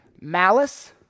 malice